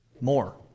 More